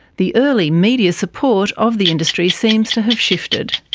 the early media support of the industry seems to have shifted.